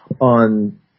on